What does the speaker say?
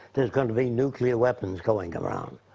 there's gonna be nuclear weapons going around.